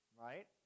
Right